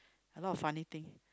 a lot of funny thing